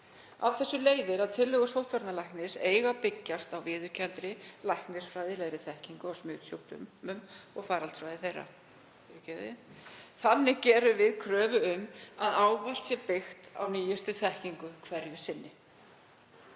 Af þessu leiðir að tillögur sóttvarnalæknis eiga að byggjast á viðurkenndri læknisfræðilegri þekkingu á smitsjúkdómum og faraldsfræði þeirra. Þannig gerum við kröfu um að ávallt sé byggt á nýjustu þekkingu hverju sinni.